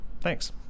Thanks